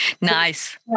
Nice